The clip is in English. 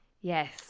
Yes